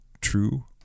True